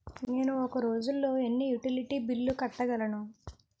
నేను ఒక రోజుల్లో ఎన్ని యుటిలిటీ బిల్లు కట్టగలను?